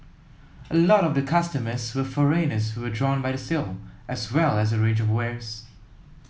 a lot of the customers were foreigners who were drawn by the sale as well as the range of wares